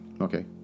Okay